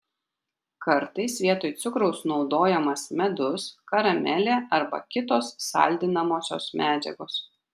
kartais vietoj cukraus naudojamas medus karamelė arba kitos saldinamosios medžiagos